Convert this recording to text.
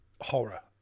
horror